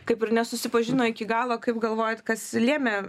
kaip ir nesusipažino iki galo kaip galvojat kas lėmė